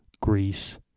Greece